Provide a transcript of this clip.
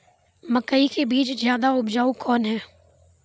मकई के बीज ज्यादा उपजाऊ कौन है?